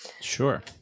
Sure